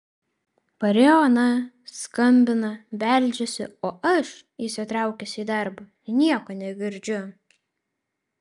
parėjo ona skambina beldžiasi o aš įsitraukęs į darbą nieko negirdžiu